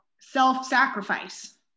self-sacrifice